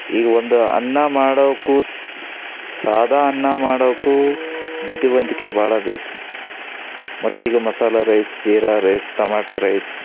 ಈಗ ಒಂದು ಅನ್ನ ಮಾಡೋಕ್ಕೂ ಸಾದಾ ಅನ್ನ ಮಾಡೋಕ್ಕೂ ಬುದ್ಧಿವಂತಿಕೆ ಭಾಳ ಬೇಕು ಮತ್ತು ಈಗ ಮಸಾಲೆ rice jeera rice tomato rice